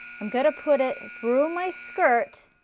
i'm going to put it through my skirt,